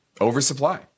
oversupply